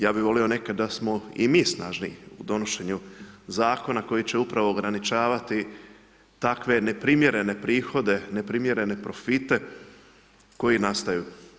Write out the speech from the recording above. Ja bi volio nekada da smo i mi snažniji u donošenju zakona, koji će upravo ograničavati takve neprimjerene prihode, neprimjerene profite, koji nastaju.